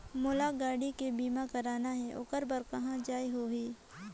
मोला गाड़ी के बीमा कराना हे ओकर बार कहा जाना होही?